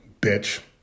bitch